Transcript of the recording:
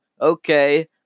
okay